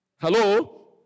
Hello